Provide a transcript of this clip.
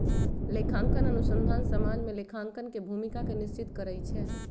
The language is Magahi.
लेखांकन अनुसंधान समाज में लेखांकन के भूमिका के निश्चित करइ छै